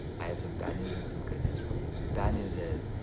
i have some bad news and some good news for you. the bad news is,